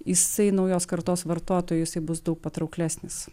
jisai naujos kartos vartotojui jisai bus daug patrauklesnis